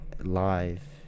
live